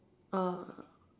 uh